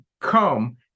come